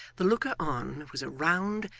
the looker-on was a round,